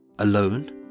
Alone